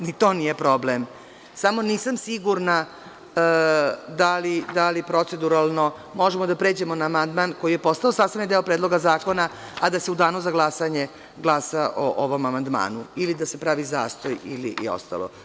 Ni to nije problem, samo nisam sigurna da li proceduralno možemo da pređemo na amandman koji je postao sastavni deo Predloga zakona, a da se u Danu za glasanje glasa o ovom amandmanu ili da se pravi zastoj i ostalo.